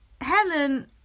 Helen